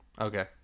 Okay